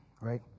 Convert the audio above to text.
right